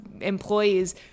employees